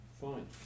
fine